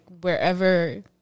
wherever